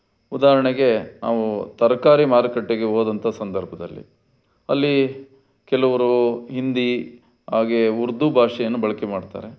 ಉದಾಹರಣೆಗೆ ನಾವು ತರಕಾರಿ ಮಾರುಕಟ್ಟೆಗೆ ಹೋದಂಥ ಸಂದರ್ಭದಲ್ಲಿ ಅಲ್ಲಿ ಕೆಲವರು ಹಿಂದಿ ಹಾಗೇ ಉರ್ದು ಭಾಷೆಯನ್ನು ಬಳಕೆ ಮಾಡ್ತಾರೆ